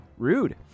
Rude